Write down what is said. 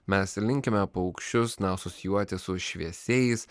mes ir linkime paukščius na asocijuoti su šviesiais